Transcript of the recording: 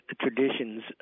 traditions